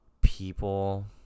people